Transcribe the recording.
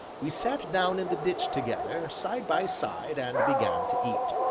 we sat down in the ditch together, side by side, and began to eat.